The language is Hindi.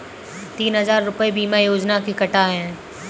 तीन हजार रूपए बीमा योजना के कटा है